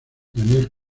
daniel